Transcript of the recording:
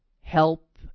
help